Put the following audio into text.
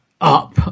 up